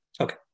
Okay